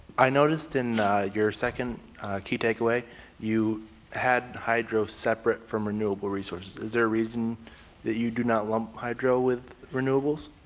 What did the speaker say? i noticed in your second key takeaway you had hydro separate from renewable resources. is there a reason that you do not lump hydro with renewables?